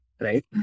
right